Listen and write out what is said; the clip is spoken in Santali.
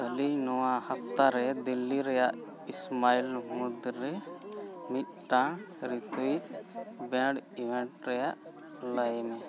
ᱚᱞᱤ ᱱᱚᱣᱟ ᱦᱟᱯᱛᱟ ᱨᱮ ᱫᱤᱞᱞᱤ ᱨᱮᱱᱟᱜ ᱤᱥᱤ ᱢᱟᱭᱤᱞ ᱢᱩᱫᱽᱨᱮ ᱢᱤᱫᱴᱟᱝ ᱨᱤᱛᱩᱭᱤᱡ ᱵᱮᱱᱰ ᱤᱵᱷᱮᱱᱴ ᱨᱮᱱᱟᱜ ᱞᱟᱹᱭᱢᱮ